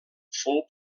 fou